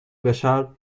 بشر